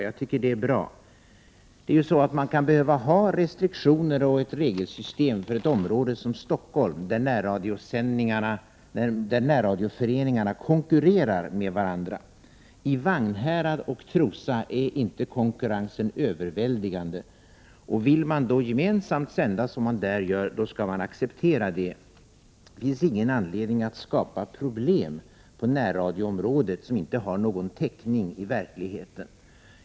Jag tycker att det är bra. Man kan behöva ha restriktioner och ett regelsystem för ett område som Stockholm, där närradioföreningarna konkurrerar med varandra. I Vagnhärad och Trosa är inte konkurrensen överväldigande. Vill man sända gemensamt, som man gör där, skall det accepteras. Det finns ingen anledning att skapa problem på närradioområdet som inte har någon täckning i verkligheten.